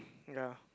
ya